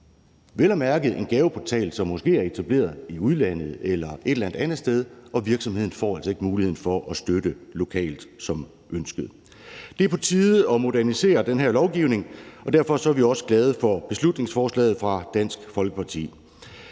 vel at mærke en gaveportal, som måske er etableret i udlandet eller et eller andet andet sted, og virksomheden får altså ikke muligheden for at støtte lokalt som ønsket. Det er på tide at modernisere den her lovgivning, og derfor er vi også glade for beslutningsforslaget fra Dansk Folkeparti.